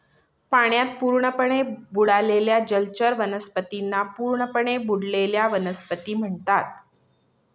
पाण्यात पूर्णपणे बुडालेल्या जलचर वनस्पतींना पूर्णपणे बुडलेल्या वनस्पती म्हणतात